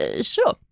sure